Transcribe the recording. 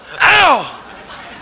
ow